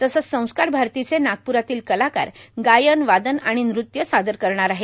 तसंच संस्कार भारतीचे नागप्रातील कलाकार गायन वादन आणि नृत्य सादर करतील